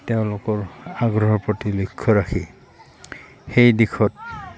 তেওঁলোকৰ আগ্ৰহৰ প্ৰতি লক্ষ্য ৰাখি সেই দিশত